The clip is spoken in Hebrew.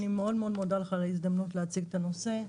אני מודה לך מאוד על ההזדמנות להציג את הנושא.